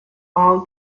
all